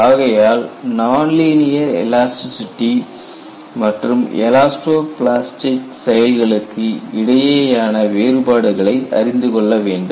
ஆகையால் nonlinear elasticity மற்றும் elastoplastic செயல்களுக்கு இடையேயான வேறுபாடுகளை அறிந்து கொள்ள வேண்டும்